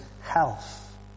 health